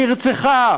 נרצחה